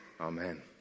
Amen